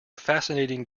fascinating